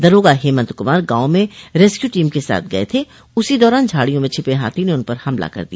दरोगा हेमंत कुमार गांव में रेस्क्यू टीम के साथ गये थे उसी दौरान झाड़ियों में छिपे हाथी ने उन पर हमला कर दिया